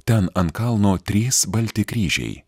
ten ant kalno trys balti kryžiai